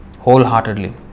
Wholeheartedly